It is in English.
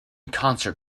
concert